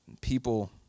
People